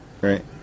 right